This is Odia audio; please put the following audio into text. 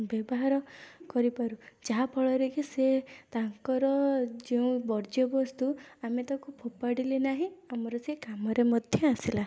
ବ୍ୟବହାର କରିପାରୁ ଯାହାଫଳରେକି ସିଏ ତାଙ୍କର ଯେଉଁ ବର୍ଜ୍ୟବସ୍ତୁ ଆମେ ତାକୁ ଫୋପାଡ଼ିଲେ ନାହିଁ ଆମର ସିଏ କାମରେ ମଧ୍ୟ ଆସିଲା